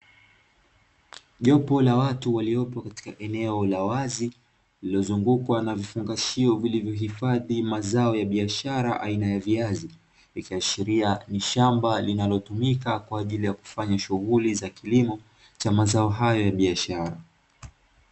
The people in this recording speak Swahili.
Jopo la watu waliopo katika eneo la wazi, lililozungukwa na vifungashio vilivyohifadhi mazao ya biashara aina ya viazi, likiashiria ni shamba linalotumika kufanya shughuli cha kilimo cha mazao hayo ya biashara.